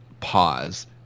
Pause